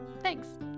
Thanks